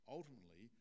Ultimately